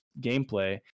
gameplay